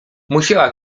musiała